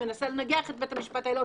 חצי מנסה לנגח את בית המשפט העליון,